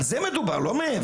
על זה מדובר, לא מעבר.